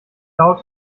cloud